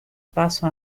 paso